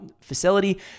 Facility